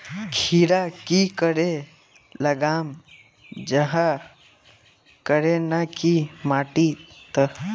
खीरा की करे लगाम जाहाँ करे ना की माटी त?